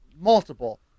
multiple